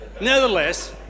nevertheless